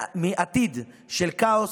מעתיד של כאוס,